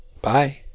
Bye